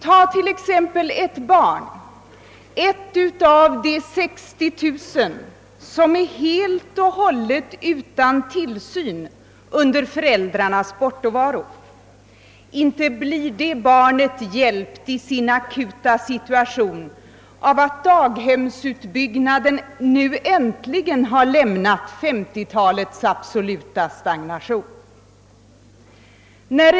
Och inte blir ett barn — ett av de 60 000 som är helt och hållet utan tillsyn under föräldrarnas bortovaro — hjälpt i sin akuta situation av att daghemsutbyggnaden nu äntligen har lämnat 1950 talets absoluta stagnation. Jag fortsätter exemplifieringen.